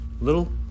Little